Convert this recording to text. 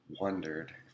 wondered